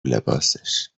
لباسش